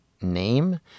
name